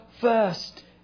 first